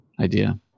idea